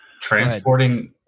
transporting